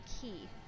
key